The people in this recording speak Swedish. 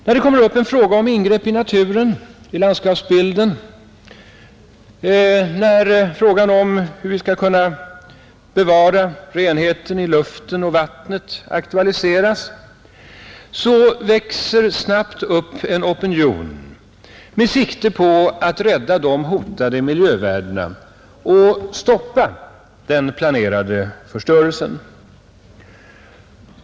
När det kommer upp en fråga om ingrepp i naturen och i landskapsbilden eller när frågan om hur vi skall kunna bevara renheten i luften och vattnet aktualiseras, växer det snabbt upp en opinion med sikte på att rädda de hotade miljövärdena och stoppa den planerade förstörelsen.